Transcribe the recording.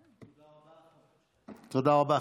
תודה רבה.